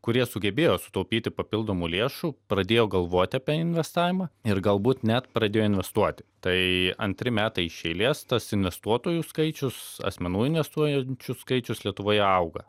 kurie sugebėjo sutaupyti papildomų lėšų pradėjo galvot apie investavimą ir galbūt net pradėjo investuoti tai antri metai iš eilės tas investuotojų skaičius asmenų investuojančių skaičius lietuvoje auga